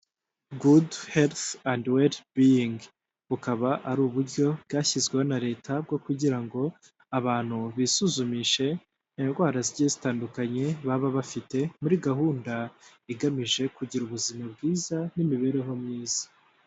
Good heath and well beying bukaba ari uburyo bwashyizweho na leta bwo kugira ngo abantu bisuzumishe indwara zigiye zitandukanye baba bafite muri gahunda igamije kugira ubuzima bwiza n'imibereho myiza.